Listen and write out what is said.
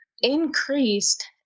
increased